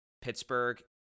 pittsburgh